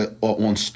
on